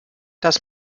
das